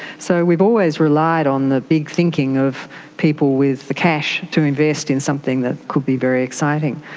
so we've always relied on the big thinking of people with the cash to invest in something that could be very exciting.